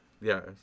Yes